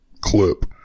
clip